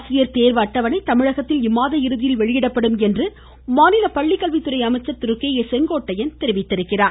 ஆசிரியர் தேர்வு அட்டவணை தமிழகத்தில் இம்மாத இறுதியில் வெளியிடப்படும் என்று மாநில பள்ளிக்கல்வித்துறை அமைச்சர் திரு கே ஏ செங்கோட்டையன் கூறியிருக்கிறார்